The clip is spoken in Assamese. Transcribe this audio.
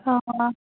অঁ অঁ